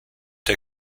der